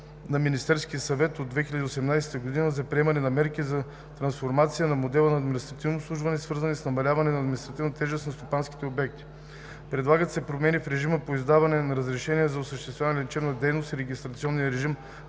на Министерския съвет от 2018 г. за приемане на мерки за трансформация на модела на административно обслужване, свързани с намаляване на административната тежест на стопанските субекти. Предлагат се промени в режима по издаване на разрешение за осъществяване на лечебна дейност и регистрационния режим